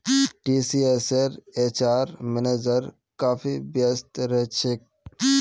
टीसीएसेर HR manager काफी व्यस्त रह छेक